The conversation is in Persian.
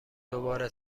دوباره